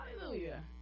Hallelujah